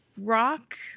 rock